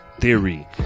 Theory